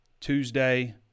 Tuesday